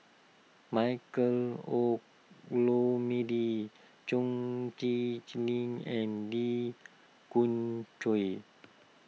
Michael Olcomendy Chong Tze and Lee Khoon Choy